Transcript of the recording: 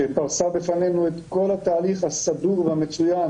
שפרסה בפנינו את כל התהליך הסדור והמצוין